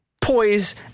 poise